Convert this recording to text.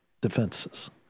defenses